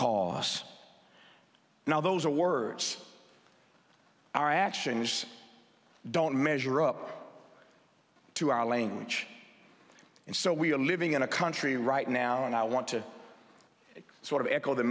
because now those are words our actions don't measure up to our language and so we're living in a country right now and i want to sort of echo the